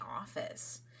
office